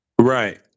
Right